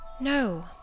No